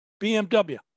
BMW